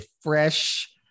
fresh